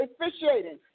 officiating